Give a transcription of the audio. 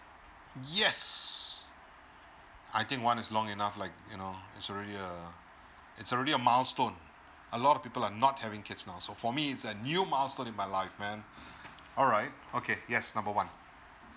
yes I think one is long enough like you know it's already a it's already a milestone a lot of people are not having kids now so for me it's a new milestone in my life man alright okay yes number one